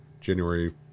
January